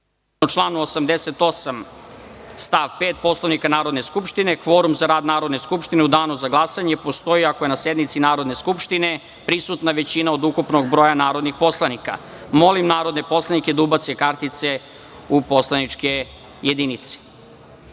članu 88. stav 5. Poslovnika Narodne skupštine, kvorum za rad Narodne skupštine u danu za glasanje postoji ako je na sednici Narodne skupštine prisutna većina od ukupnog broja narodnih poslanika. Molim narodne poslanike da ubace kartice u poslaničke